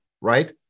right